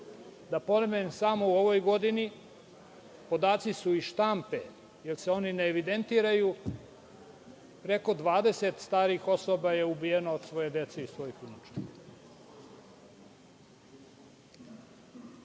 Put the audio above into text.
unučadi. Samo u ovoj godini, podaci su iz štampe jer se oni ne evidentiraju, preko 20 starih osoba je ubijeno od svoje dece i svojih unučadi. Čak